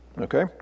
okay